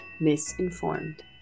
misinformed